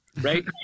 right